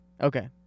okay